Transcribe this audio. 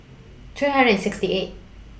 three hundred and sixty eight